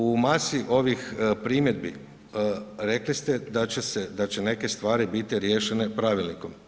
U masi ovih primjedbi, rekli ste da će neke stvari biti riješene pravilnikom.